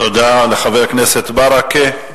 תודה לחבר הכנסת ברכה.